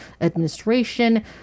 administration